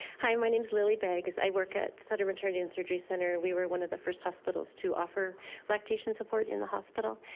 hi, my name is lilly vegas. i work at southern maternity and surgery center, we were one of the first hospitals to offer lactation support in the hospital.